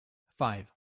five